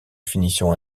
finition